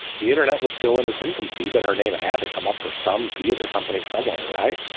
the internet was still in its infancy, but her name had to come up for some theater company somewhere, right?